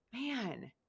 man